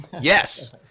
Yes